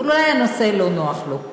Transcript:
אולי הנושא לא נוח לו.